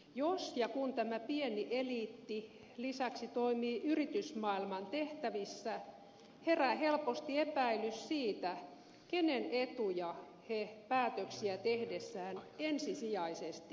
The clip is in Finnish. jos ja kun tämä pieni eliitti lisäksi toimii yritysmaailman tehtävissä herää helposti epäilys siitä kenen etuja he päätöksiä tehdessään ensisijaisesti ajavat